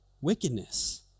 wickedness